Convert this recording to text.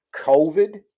COVID